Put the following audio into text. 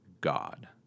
God